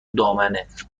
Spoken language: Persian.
دامنت